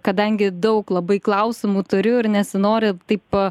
kadangi daug labai klausimų turiu ir nesinori taip